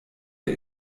der